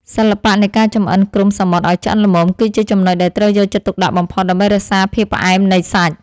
សិល្បៈនៃការចម្អិនគ្រំសមុទ្រឱ្យឆ្អិនល្មមគឺជាចំណុចដែលត្រូវយកចិត្តទុកដាក់បំផុតដើម្បីរក្សាភាពផ្អែមនៃសាច់។